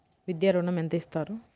విద్యా ఋణం ఎంత ఇస్తారు?